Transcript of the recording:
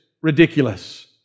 ridiculous